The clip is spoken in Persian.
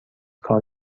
کار